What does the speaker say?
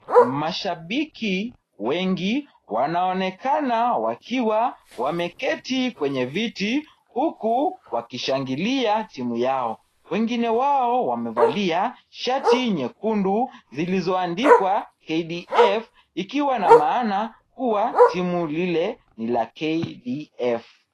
Mashabiki wengi wanaonekana wakiwa wameketi kwenye viti huku wakishangilia timu yao. Wengine wao wamevalia shati nyekundu zilizoandikwa KDF ikiwa na maana kuwa timu lilie ni la KDF.